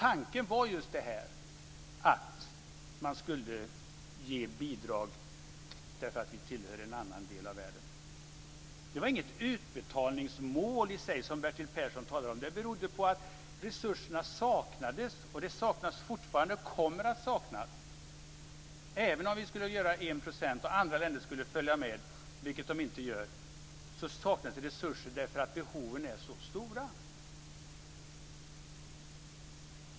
Tanken var just att man skulle ge bidrag därför att vi tillhör en annan del av världen. Det var inget utbetalningsmål i sig - som Bertil Persson talar om. Det beror på att resurserna saknades, de saknas fortfarande och kommer att saknas. Även om vi ger 1 % och andra länder skulle följa med - vilket de inte gör - saknas resurser därför att behoven är så stora.